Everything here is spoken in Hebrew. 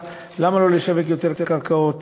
למה לא לשווק יותר קרקעות